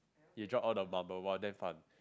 you drop all the marble !wah! damn fun